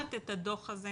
לקחת את הדו"ח הזה